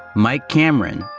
mike cameron,